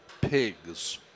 Pigs